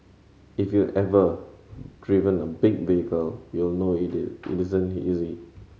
if you've ever driven a big vehicle you'll know it isn't easy